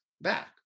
back